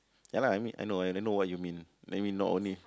ya lah I mean I know I know what you mean that mean not only